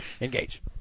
Engage